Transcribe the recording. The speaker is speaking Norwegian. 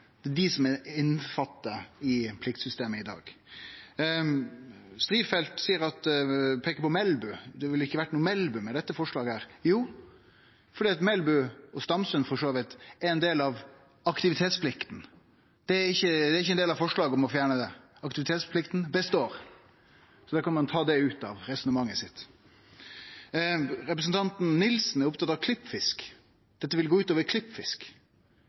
dei som er omfatta av pliktsystemet i dag. Strifeldt peikar på Melbu, at det ville ikkje ha vore noko Melbu med dette forslaget. Jo, fordi Melbu, og for så vidt Stamsund, er ein del av aktivitetsplikta. Det er ikkje ein del av forslaget å fjerne den. Aktivitetsplikta består, så ein kan ta det ut av resonnementet sitt. Representanten Nilsen er opptatt av klippfisk, at dette vil gå ut over klippfisk.